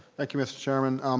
thank you, mr. chairman.